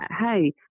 hey